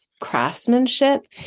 craftsmanship